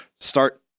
start